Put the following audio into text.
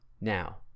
Now